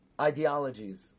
ideologies